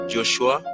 Joshua